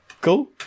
Cool